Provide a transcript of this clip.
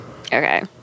Okay